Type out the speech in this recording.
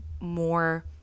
more